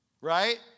right